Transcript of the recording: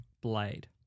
Blade